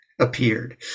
appeared